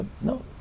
No